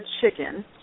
chicken